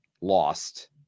lost